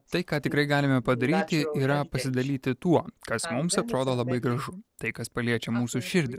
tai ką tikrai galime padaryti yra pasidalyti tuo kas mums atrodo labai gražu tai kas paliečia mūsų širdį